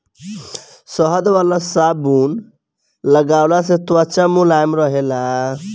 शहद वाला साबुन लगवला से त्वचा मुलायम रहेला